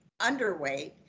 underweight